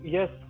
Yes